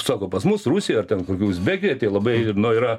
sako pas mus rusijoj ar ten kokioj uzbekijoj tai labai nu yra